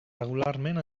regularment